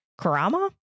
Karama